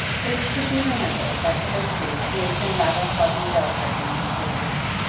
but it should be remembered that hitherto he has been rather hardly dealt with in these pages,